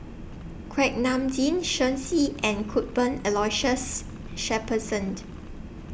Kuak Nam Jin Shen Xi and Cuthbert Aloysius Shepherdsont